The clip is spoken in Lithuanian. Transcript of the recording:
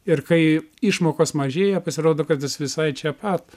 ir kai išmokos mažėja pasirodo kad jis visai čia pat